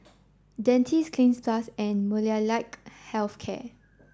Dentiste Cleanz Plus and Molnylcke Health Care